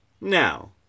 Now